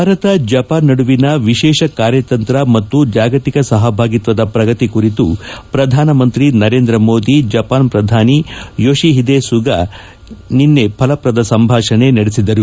Bharat Japan ನಡುವಿನ ವಿಶೇಷ ಕಾರ್ಯತಂತ್ರ ಮತ್ತು ಜಾಗತಿಕ ಸಹಭಾಗಿತ್ವದ ಪ್ರಗತಿ ಕುರಿತು ಪ್ರಧಾನಮಂತ್ರಿ ನರೇಂದ್ರ ಮೋದಿ ಜಪಾನ್ ಪ್ರಧಾನಿ ಯೋಶಿಹಿದೆ ಸುಗಾ ಜತೆ ನಿನ್ನೆ ಫಲಪ್ರದ ಸಂಭಾಷಣೆ ನಡೆಸಿದರು